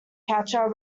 catcher